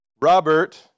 Robert